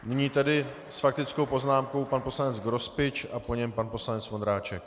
Nyní s faktickou poznámkou pan poslanec Grospič a po něm pan poslanec Vondráček.